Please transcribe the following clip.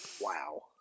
Wow